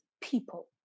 people